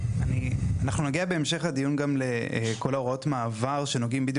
אנחנו נגיע בהמשך הדיון גם לכל הוראות מעבר שנוגעים בדיוק